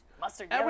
mustard